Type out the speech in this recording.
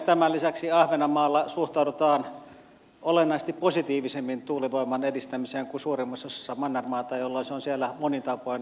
tämän lisäksi ahvenanmaalla suhtaudutaan olennaisesti positiivisemmin tuulivoiman edistämiseen kuin suurimmassa osassa mannermaata jolloin se on siellä monin tavoin helpompi asia